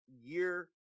year